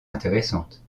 intéressantes